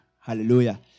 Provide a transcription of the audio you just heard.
hallelujah